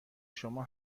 شما